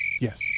Yes